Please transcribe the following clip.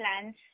plans